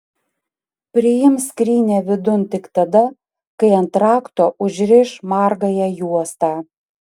priims skrynią vidun tik tada kai ant rakto užriš margąją juostą